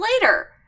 later